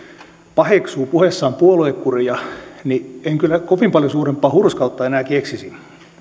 paheksuu puheessaan puoluekuria niin en kyllä kovin paljon suurempaa hurskautta enää keksisi